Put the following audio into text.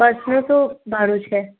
બસનું શું ભાડું છે